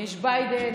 יש ביידן,